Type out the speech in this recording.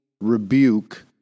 rebuke